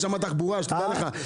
יש שם תחבורה, שתדע לך.